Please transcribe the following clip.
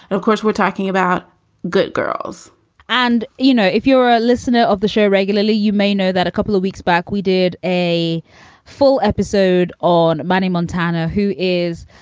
of course, we're talking about good girls and, you know, if you're a listener of the show regularly, you may know that a couple of weeks back, we did a full episode on marnie, montana, who is,